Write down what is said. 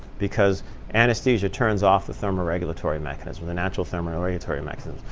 because anesthesia turns off the thermal regulatory mechanism the natural thermal regulatory mechanism.